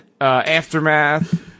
aftermath